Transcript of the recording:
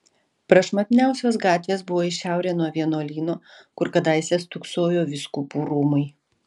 prašmatniausios gatvės buvo į šiaurę nuo vienuolyno kur kadaise stūksojo vyskupų rūmai